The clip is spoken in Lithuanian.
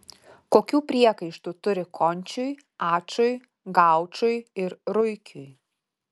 kokių priekaištų turi končiui ačui gaučui ir ruikiui